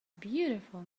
beautiful